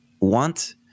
want